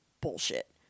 bullshit